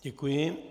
Děkuji.